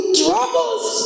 troubles